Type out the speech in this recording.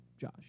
Josh